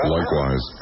Likewise